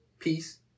Peace